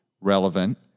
relevant